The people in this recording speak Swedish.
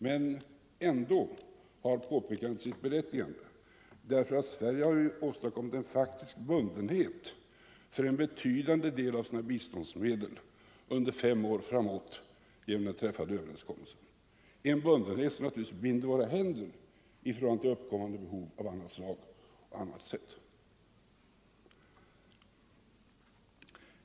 Men ändå har påpekandet sitt berättigande därför att Sverige genom den träffade överenskommelsen har åsamkats en faktisk bundenhet för en betydande del av sina biståndsmedel under fem år framåt — en bundenhet som naturligtvis binder våra händer i förhållande till uppkommande behov av annat slag.